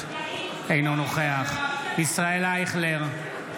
אינו נוכח ישראל אייכלר,